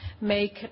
make